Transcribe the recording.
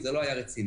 זה לא היה רציני.